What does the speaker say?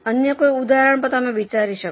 અન્ય કોઈ ઉદાહરણ તમે વિચારી શકો